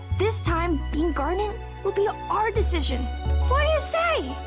this time being garnet will be our decision. whaddya say?